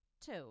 Two